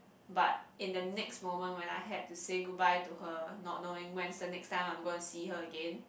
but in the next moment when I had to say goodbye to her not knowing when is the next time I'm gonna see her again